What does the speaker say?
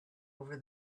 over